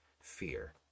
fear